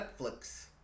Netflix